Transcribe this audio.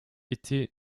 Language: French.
était